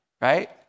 Right